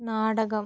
നാടകം